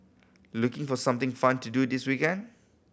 looking for something fun to do this weekend